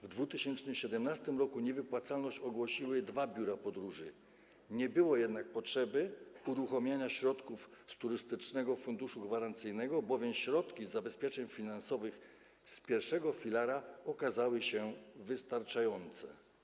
W 2017 r. niewypłacalność ogłosiły dwa biura podróży, nie było jednak potrzeby uruchamiania środków z Turystycznego Funduszu Gwarancyjnego, bowiem środki z zabezpieczeń finansowych z I filara okazały się wystarczające.